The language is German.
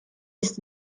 ist